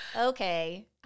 Okay